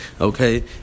Okay